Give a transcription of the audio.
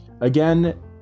again